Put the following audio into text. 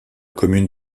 commune